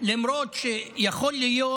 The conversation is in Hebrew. שיכול להיות